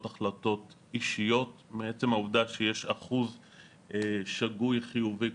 החלטות אישיות מעצם העובדה שיש אחוז שגוי חיובי,